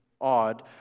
odd